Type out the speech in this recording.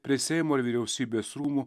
prie seimo ir vyriausybės rūmų